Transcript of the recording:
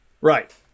Right